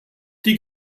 die